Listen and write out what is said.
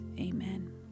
amen